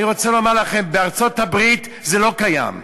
אני רוצה לומר לכם: בארצות-הברית זה לא קיים.